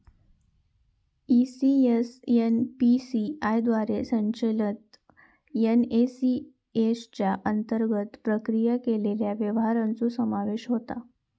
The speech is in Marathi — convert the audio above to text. ई.सी.एस.एन.पी.सी.आय द्वारे संचलित एन.ए.सी.एच च्या अंतर्गत प्रक्रिया केलेल्या व्यवहारांचो समावेश होता